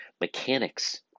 mechanics